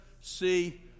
see